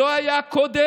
שלא היה קודם,